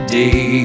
day